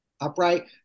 Upright